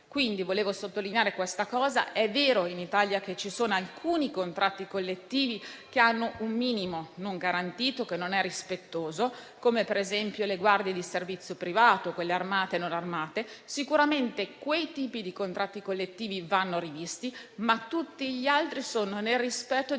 Vorrei sottolineare questo. È vero che in Italia ci sono alcuni contratti collettivi che hanno un minimo non garantito che è irrispettoso, come per esempio le guardie di servizio privato, quelle armate e non armate; sicuramente quei tipi di contratti collettivi vanno rivisti, ma tutti gli altri sono nel rispetto